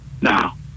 Now